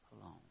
alone